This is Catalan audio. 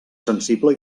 sensible